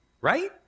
right